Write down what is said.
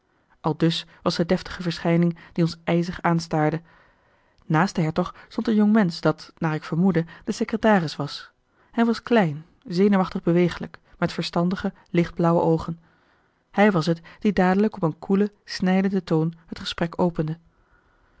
aldus was de deftige verschijning die ons ijzig aanstaarde naast den hertog stond een jongmensch dat naar ik vermoedde de secretaris was hij was klein zenuwachtig beweeglijk met verstandige lichtblauwe oogen hij was het die dadelijk op een koelen snijdenden toon het gesprek opende